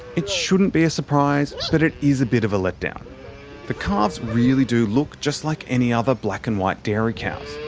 it shouldn't be a surprise, but it is a bit of a let-down the calves really do look just like any other black-and-white dairy cows.